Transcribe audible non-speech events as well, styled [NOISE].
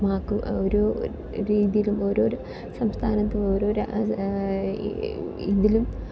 [UNINTELLIGIBLE] ഒരു രീതിയിലും ഓരോ സംസ്ഥാനത്തും ഓരോ ഇതിലും